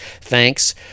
thanks